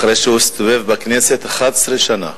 אחרי שהוא הסתובב בכנסת 11 שנה.